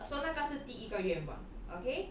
so 那个是第一个愿望 okay